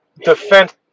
defense